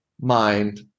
mind